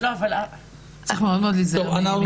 צריך מאוד מאוד להיזהר.